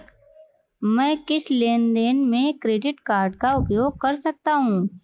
मैं किस लेनदेन में क्रेडिट कार्ड का उपयोग कर सकता हूं?